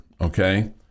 okay